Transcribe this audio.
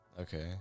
Okay